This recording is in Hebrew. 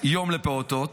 היום לפעוטות,